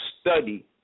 study